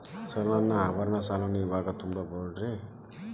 Sir ನನ್ನ ಆಭರಣ ಸಾಲವನ್ನು ಇವಾಗು ತುಂಬ ಬಹುದೇನ್ರಿ?